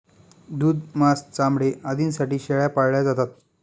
दूध, मांस, चामडे आदींसाठी शेळ्या पाळल्या जातात